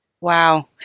Wow